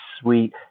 sweet